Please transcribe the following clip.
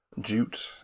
jute